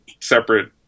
separate